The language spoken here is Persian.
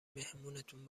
مهمونتون